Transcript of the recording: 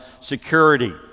security